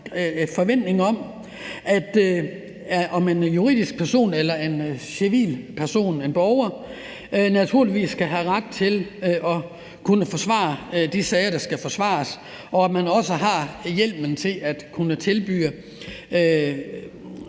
forventning om, at uanset om man er en juridisk person eller en civil person, en borger, skal man naturligvis have ret til at kunne forsvare de sager, der skal forsvares, og at man også har hjemmelen til at kunne tilbyde